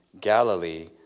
Galilee